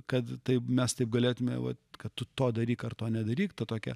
kad taip mes taip galėtume vat kad tu to daryk ar to nedaryk to tokio